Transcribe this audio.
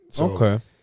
Okay